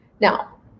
now